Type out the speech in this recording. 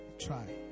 Try